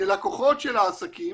כלקוחות של עסקים,